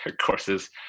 courses